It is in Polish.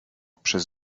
przez